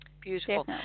Beautiful